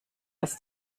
als